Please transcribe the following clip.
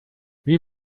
wie